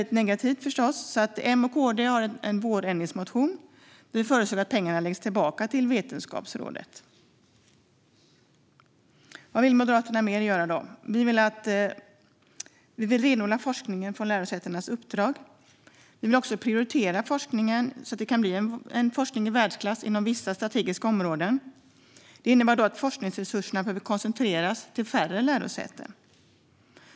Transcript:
Detta tycker vi förstås är väldigt negativt, så M och KD har en vårändringsmotion där vi föreslår att pengarna går tillbaka till Vetenskapsrådet. Vad vill Moderaterna mer göra? Vi vill renodla forskningen i lärosätenas uppdrag. Vi vill också prioritera forskningen så att den kan nå världsklass inom vissa strategiska områden. Det innebär att forskningsresurserna behöver koncentreras till färre lärosäten.